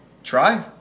Try